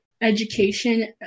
education